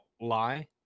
lie